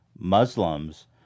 muslims